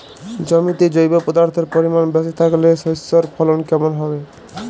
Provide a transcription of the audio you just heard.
জমিতে জৈব পদার্থের পরিমাণ বেশি থাকলে শস্যর ফলন কেমন হবে?